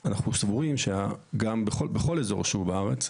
אנחנו סבורים שבכל אזור שהוא בארץ,